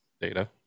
data